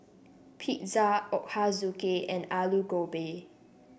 Pizza Ochazuke and Alu Gobi